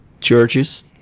churches